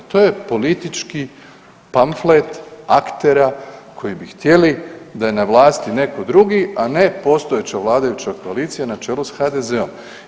To je politički pamflet aktera koji bi htjeli da je na vlasti netko drugi, a ne postojeća vladajuća koalicija na čelu s HDZ-om.